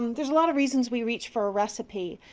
there's a lot of reasons we reach for a recipe.